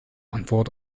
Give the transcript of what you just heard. antwort